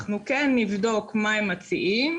אנחנו כן נבדוק מה הם מציעים,